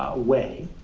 way